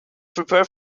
prepare